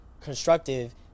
constructive